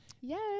Yes